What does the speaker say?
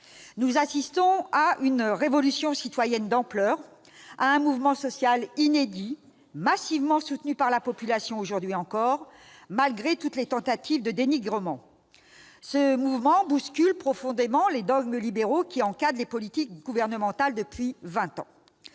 Nous assistons à une révolution citoyenne d'ampleur, à un mouvement social inédit, massivement soutenu par la population aujourd'hui encore, malgré toutes les tentatives de dénigrement. Ce mouvement bouscule profondément les dogmes libéraux qui encadrent les politiques gouvernementales depuis vingt ans.